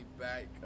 back